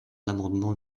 l’amendement